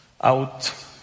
out